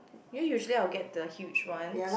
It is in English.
you usually I will get the huge ones